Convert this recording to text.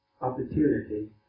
opportunity